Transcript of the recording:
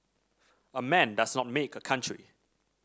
a man does not make a country